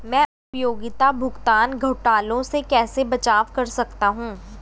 मैं उपयोगिता भुगतान घोटालों से कैसे बचाव कर सकता हूँ?